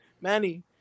Manny